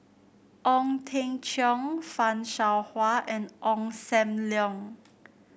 Ong Teng Cheong Fan Shao Hua and Ong Sam Leong